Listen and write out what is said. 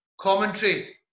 commentary